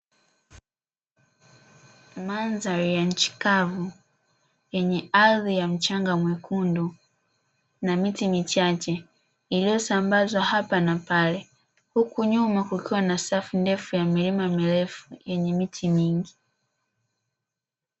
Mandhari ya nchi kavu yenye ardhi ya mchanga mwekundu na miti michache, iliyosambazwa hapa na pale huku nyuma kukiwa na safu ndefu ya milima mirefu yenye miti mingi.